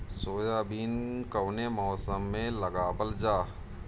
Soybean कौने मौसम में लगावल जा?